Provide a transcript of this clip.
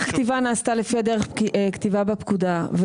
הכתיבה נעשתה לפי דרך הכתיבה בפקודה.